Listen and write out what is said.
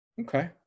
okay